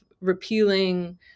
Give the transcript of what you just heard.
repealing